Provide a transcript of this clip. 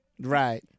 right